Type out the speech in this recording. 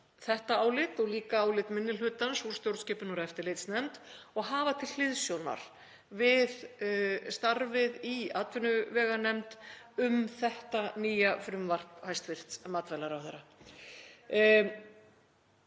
þetta álit og líka álit minni hlutans úr stjórnskipunar- og eftirlitsnefnd og hafa til hliðsjónar við starfið í atvinnuveganefnd um þetta nýja frumvarp hæstv. matvælaráðherra.